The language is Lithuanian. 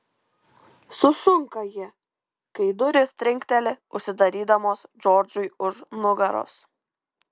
sušunka ji kai durys trinkteli užsidarydamos džordžui už nugaros